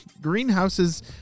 greenhouses